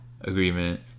agreement